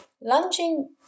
Lunging